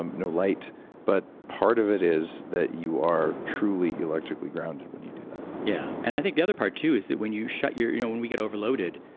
um no light but, part of it is that you are truly electrically grounded when you do that yeah and i think the other part, too, is that when you shut your. you know when we get overloaded,